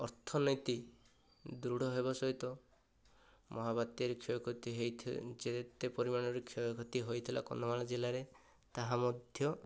ଅର୍ଥନୀତି ଦୃଢ଼ହେବା ସହିତ ମହାବାତ୍ୟାରେ କ୍ଷୟ କ୍ଷତି ଯେତେ ପରିମାଣରେ କ୍ଷୟ କ୍ଷତି ହୋଇଥିଲା କନ୍ଧମାଳ ଜିଲ୍ଲାରେ ତାହା ମଧ୍ୟ